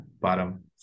bottom